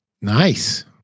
Nice